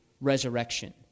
resurrection